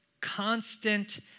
constant